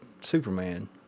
Superman